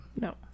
no